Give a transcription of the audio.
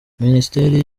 ministeri